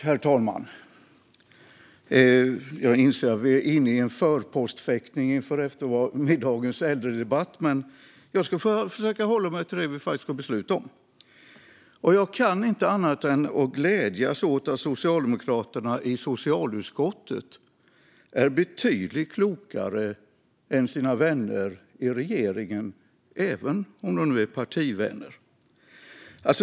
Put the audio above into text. Herr talman! Jag inser att vi är inne i en förpostfäktning inför eftermiddagens äldredebatt, men jag ska försöka hålla mig till det vi ska besluta om. Jag kan inte annat än glädjas åt att socialdemokraterna i socialutskottet är betydligt klokare än sina partivänner i regeringen.